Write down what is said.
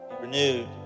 renewed